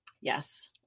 Yes